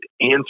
answer